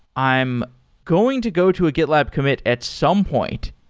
i'm going to go to a getlab commit at some point.